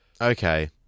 okay